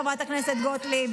חברת הכנסת גוטליב,